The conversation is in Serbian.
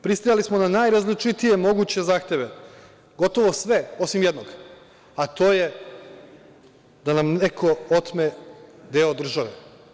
Pristajali smo na najrazličitije moguće zahteve, gotovo sve osim jednog, a to je da nam neko otme deo države.